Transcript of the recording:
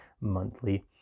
monthly